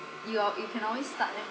you all you can always start leh